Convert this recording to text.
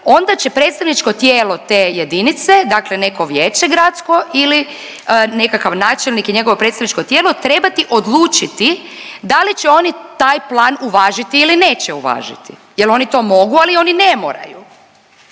onda će predstavničko tijelo te jedinice, dakle neko vijeće gradsko ili nekakav načelnik i njegovo predstavničko tijelo, trebati odlučiti da li će oni taj plan uvažiti ili neće uvažiti, jel oni to mogu ali oni ne moraju.